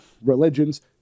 religions